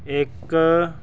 ਇੱਕ